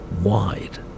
wide